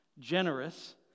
generous